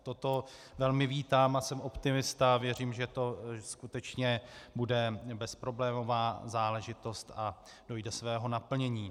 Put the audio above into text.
Toto velmi vítám a jsem optimista a věřím, že to skutečně bude bezproblémová záležitost a dojde svého naplnění.